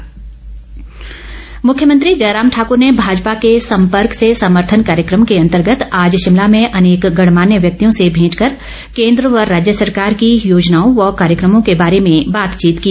संपर्क से समर्थन मुख्यमंत्री जयराम ठाकर ने भाजपा के संपर्क से समर्थन कार्यक्रम के अंतर्गत आज शिमला में अनेक गणमान्य व्यक्तियों से भेंट कर केन्द्र व राज्य सरकार की योजनाओं व कार्यक्रमों के बारे में बातचीत की